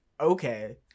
Okay